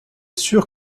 sûr